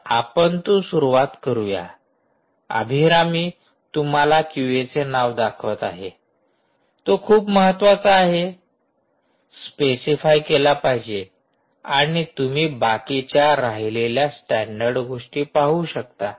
तर आपण तो सुरुवात करूया अभिरामी तुम्हाला क्यूएचे नाव दाखवत आहे तो खूप महत्त्वाचा आहे स्पेसिफाय केला पाहिजे आणि तुम्ही बाकीच्या राहिलेल्या स्टॅंडर्ड गोष्टी पाहू शकता